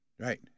Right